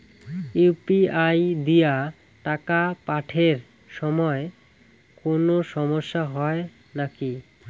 UPI দিয়া টাকা পাঠের সময় কোনো সমস্যা হয় নাকি?